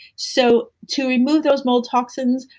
so, to remove those mold toxins,